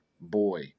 Boy